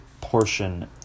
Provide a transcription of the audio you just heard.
portion